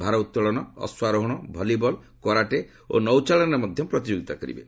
ଭାରଉତ୍ତୋଳନ ଅଶ୍ୱାରୋହଣ volleyball karate ଓ ନୌଚାଳନାରେ ମଧ୍ୟ ପ୍ରତିଯୋଗିତା କରିବେ